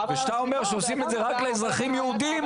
כשאתה אומר שעושים את זה רק לאזרחים יהודים,